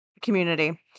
community